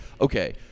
okay